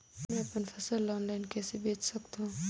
मैं अपन फसल ल ऑनलाइन कइसे बेच सकथव?